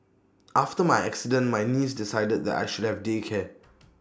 after my accident my niece decided that I should have day care